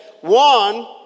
One